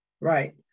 right